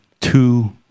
two